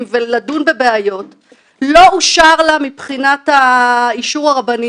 ולדון בבעיות לא אושר לה מבחינת האישור הרבני,